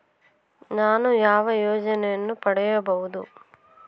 ನಾನು ಯಾವ ಯೋಜನೆಯನ್ನು ಪಡೆಯಬಹುದು?